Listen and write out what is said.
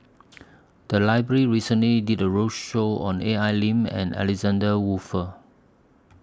The Library recently did A roadshow on A I Lim and Alexander Wolfer